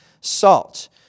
salt